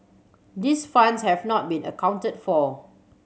these funds have not been accounted for